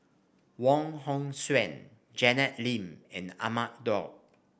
Wong Hong Suen Janet Lim and Ahmad Daud